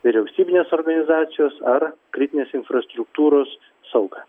vyriausybinės organizacijos ar kritinės infrastruktūros saugą